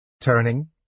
Turning